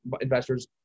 investors